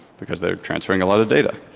because they're transferring a lot of data.